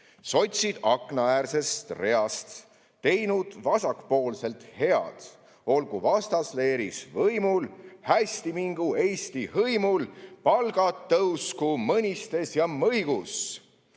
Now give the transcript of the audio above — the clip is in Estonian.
Sotsid aknaäärsest reast / teinud vasakpoolselt head. / Olgu vastasleerid võimul, / hästi mingu Eesti hõimul! / Palgad tõusku Mõnistes ja Mõigus!